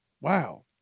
Wow